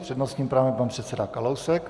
S přednostním právem pan předseda Kalousek.